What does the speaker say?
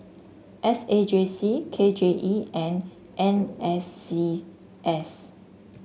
S A J C K J E and N S C S